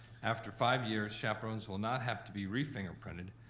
after five years, chaperones will not have to be re-fingerprinted,